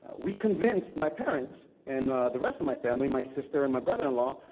we convinced my parents and the rest of my family, my sister and my brother-in-law,